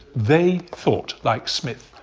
they thought, like smith,